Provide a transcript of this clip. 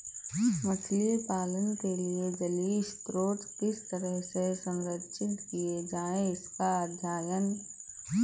मछली पालन के लिए जलीय स्रोत किस तरह से संरक्षित किए जाएं इसका अध्ययन फिशरीज मैनेजमेंट कहलाता है